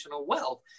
wealth